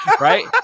right